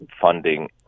funding